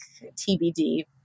TBD